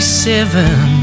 seven